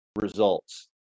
results